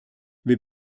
wir